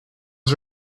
was